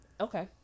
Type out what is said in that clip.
Okay